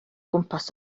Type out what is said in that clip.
gwmpas